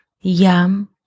Yam